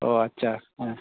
ᱚᱸᱻ ᱟᱪᱷᱟ ᱦᱮᱸ